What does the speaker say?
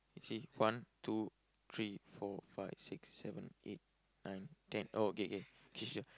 actually one two three four five six seven eight nine ten oh okay okay okay sure